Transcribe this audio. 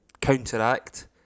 counteract